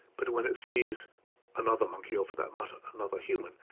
but when it sees another monkey, or for that matter, another human,